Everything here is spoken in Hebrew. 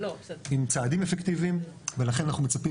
עם צעדים אפקטיביים ולכן אנחנו מצפים